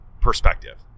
perspective